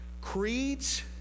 creeds